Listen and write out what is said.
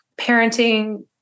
parenting